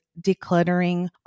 decluttering